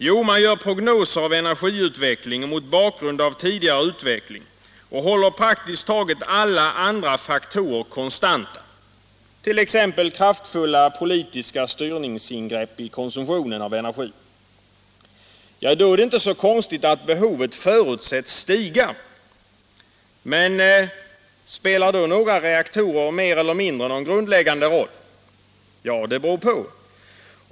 Jo, man gör prognoser om energiutvecklingen mot bakgrund av tidigare utveckling och håller praktiskt taget alla andra faktorer konstanta — t.ex. kraftfulla politiska styrningsingrepp i konsumtionen av energi. Då är det inte så konstigt att behovet förutsätts stiga. Men spelar några reaktorer mer eller mindre någon grundläggande roll? Det beror på.